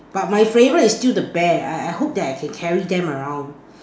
but my favourite is still the bear I I hope that I can carry them around